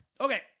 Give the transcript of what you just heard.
okay